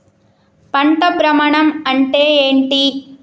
పంట భ్రమణం అంటే ఏంటి?